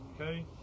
Okay